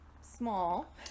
small